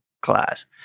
class